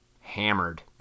hammered